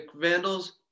Vandals